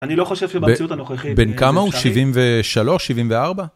אני לא חושב שבמציאות הנוכחית, בין כמה הוא 73, 74?